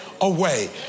away